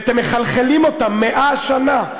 ואתם מחלחלים אותם 100 שנה.